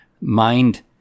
mind